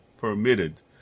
permitted